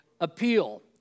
appeal